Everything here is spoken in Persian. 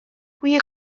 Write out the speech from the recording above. بوی